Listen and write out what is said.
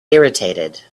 irritated